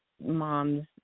moms